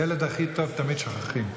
את הילד הכי טוב תמיד שוכחים.